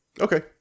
Okay